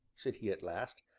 said he at last,